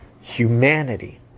Humanity